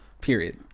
Period